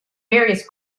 various